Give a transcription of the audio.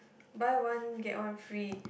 buy one get one free